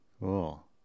Cool